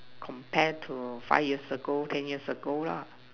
compare to five years ago ten years ago lah